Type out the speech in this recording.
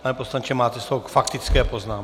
Pane poslanče, máte slovo k faktické poznámce.